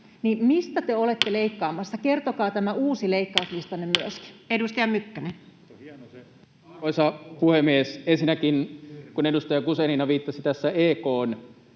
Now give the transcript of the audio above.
leikkaamassa? Kertokaa myöskin tämä uusi leikkauslistanne. Edustaja Mykkänen. Arvoisa puhemies! Ensinnäkin, kun edustaja Guzenina viittasi tässä EK:n